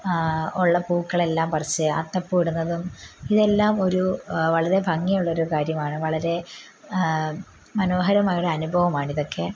ഉള്ള പൂക്കളെല്ലാം പറിച്ച് അത്തപ്പൂവിടുന്നതും ഇതെല്ലാമൊരു വളരെ ഭംഗിയുള്ളൊരു കാര്യമാണ് വളരെ മനോഹരമായൊരു അനുഭവമാണ് ഇതൊക്കെ